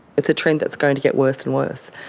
it's a trend that's going to get worse and worse.